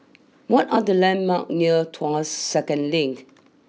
what are the landmarks near Tuas second Link